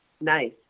Nice